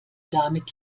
damit